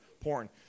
porn